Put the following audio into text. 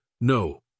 No